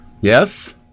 Yes